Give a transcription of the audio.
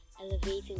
elevating